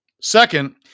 Second